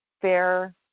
fair